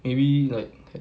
maybe like